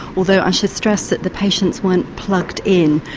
although i should stress that the patients weren't plugged in,